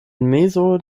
mezo